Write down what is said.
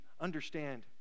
understand